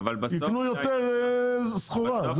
יקנו יותר סחורה.